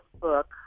book